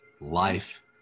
Life